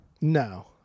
no